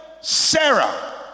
Sarah